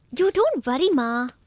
you don't worry mother.